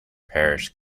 parish